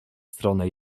stronę